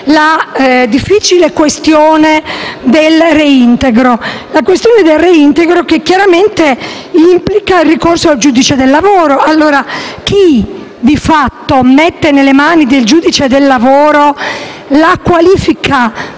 la difficile questione del reintegro, che chiaramente implica il ricorso al giudice del lavoro. Ma chi, di fatto, mette nelle mani del giudice del lavoro la qualifica